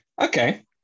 okay